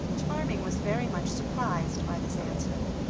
charming was very much surprised by this answer,